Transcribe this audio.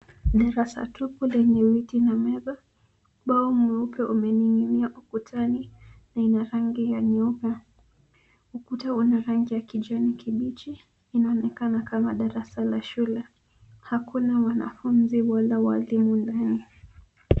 Darasa tupu lenye viti na meza. Ubao mweupe umening'inia ukutani na ina rangi ya nyeupe. Ukuta una rangi ya kijani kibichi, inaonekana kama darasa la shule. Hakuna wanafunzi wala walimu ndani.